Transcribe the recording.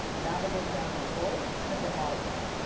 navigate down to record, and hit modify.